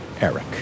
Eric